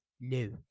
no